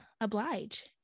oblige